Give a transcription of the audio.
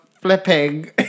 flipping